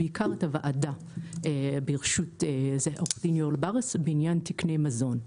ובעיקר את הוועדה ברשות עורך דין יואל בריס בעניין תקני מזון.